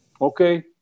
Okay